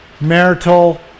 marital